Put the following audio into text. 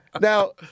Now